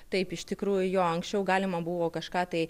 taip iš tikrųjų jo anksčiau galima buvo kažką tai